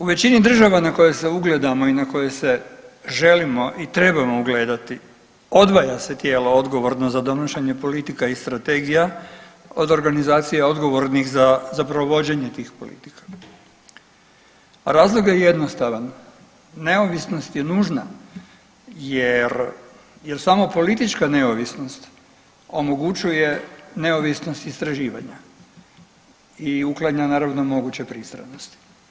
U većini država na koje se ugledamo i na koje se želimo i trebamo ugledati odvaja se tijelo odgovorno za donošenje politika i strategija od organizacija odgovornih za provođenje tih politika, a razlog je jednostavan neovisnost je nužna jer samo politička neovisnost omogućuje neovisnost istraživanja i uklanja naravno moguće pristranosti.